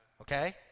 okay